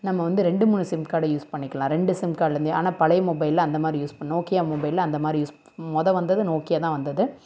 நம்ம வந்து ரெண்டு மூணு சிம் கார்டு யூஸ் பண்ணிக்கலாம் ரெண்டு சிம் கார்டுலந்தே ஆனால் பழைய மொபைலில் அந்தமாதிரி யூஸ் பண் நோக்கியா மொபைல்ல அந்தமாதிரி யூஸ் முத வந்தது நோக்கியா தான் வந்தது